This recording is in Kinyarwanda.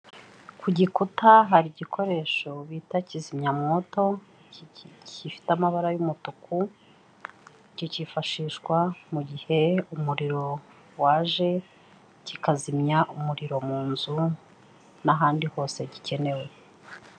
Ku gikuta hari igikoresho bita kizimyamwoto, gifite amabara y'umutuku, kikifashishwa mu gihe umuriro waje, kikazimya umuriro mu nzu n'ahandi hose gikenewe.